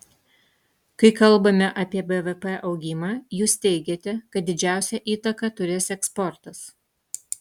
kai kalbame apie bvp augimą jūs teigiate kad didžiausią įtaką turės eksportas